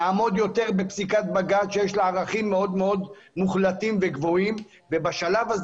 נעמוד יותר בפסיקת בג"ץ שיש לה ערכים מאוד מוחלטים וגבוהים ובשלב הזה